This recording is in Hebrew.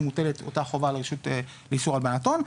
מוטלת אותה חובה לרשות לאיסור הלבנת הון,